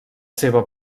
seva